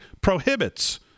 prohibits